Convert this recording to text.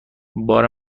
بار